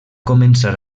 començar